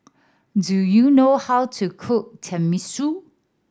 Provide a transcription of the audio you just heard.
do you know how to cook Tenmusu